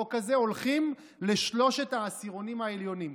בחוק הזה הולכים לשלושת העשירונים העליונים,